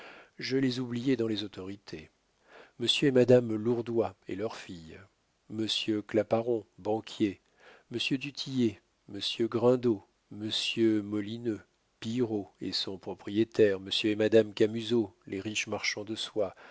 je les oubliais dans les autorités monsieur et madame lourdois et leur fille monsieur claparon banquier monsieur du tillet monsieur grindot monsieur molineux pillerault et son propriétaire monsieur et madame camusot les riches marchands de soie